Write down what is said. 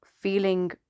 feeling